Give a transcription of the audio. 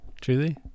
truly